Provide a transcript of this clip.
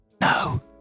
No